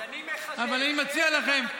אז אני מחכה מעבר לגדר,